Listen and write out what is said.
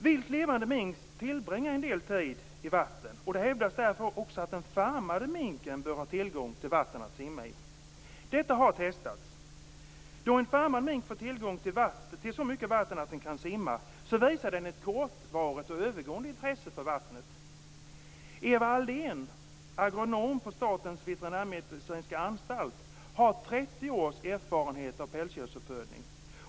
Viltlevande mink tillbringar en del tid i vatten, och det hävdas därför att också den farmade minken bör ha tillgång till vatten att simma i. Detta har testats. Då en farmad mink får tillgång till så mycket vatten att den kan simma visar den ett kortvarigt och övergående intresse för vattnet. Eva Aldén, agronom vid Statens veterinärmedicinska anstalt, har 30 års erfarenhet av pälsdjursuppfödning.